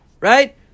Right